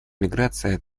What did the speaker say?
миграция